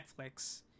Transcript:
netflix